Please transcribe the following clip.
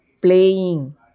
playing